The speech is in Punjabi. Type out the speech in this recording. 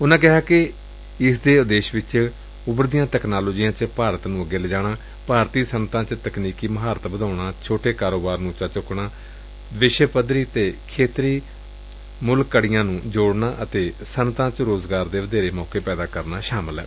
ਉਨੂਾ ਕਿਹਾ ਕਿ ਇਸ ਦੇ ਉਦੇਸ਼ਾਂ ਵਿਚ ਉਭਰਦੀਆਂ ਤਕਨਾਲੋਜੀਆਂ ਵਿਚ ਭਾਰਤ ਨੂੰ ਅੱਗੇ ਲਿਜਾਣਾ ਭਾਰਤੀ ਸਨੱਅਤਾਂ ਵਿਚ ਤਕਨੀਕੀ ਮੁਹਾਰਤ ਵਧਾਉਣਾ ਛੋਟੇ ਕਾਰੋਬਾਰ ਨੂੰ ਉੱਚਾ ਚੁੱਕਣਾ ਵਿਸ਼ਵ ਪੱਧਰੀ ਅਤੇ ਖੇਤਰੀ ਮੁੱਲ ਕੜੀਆਂ ਨੂੰ ਜੋੜਨਾ ਅਤੇ ਸੱਨਅਤਾਂ ਚ ਰੋਜ਼ਗਾਰ ਦੇ ਵਧੇਰੇ ਮੌਕੇ ਪੈਦਾ ਕਰਨਾ ਸ਼ਾਮਲ ਏ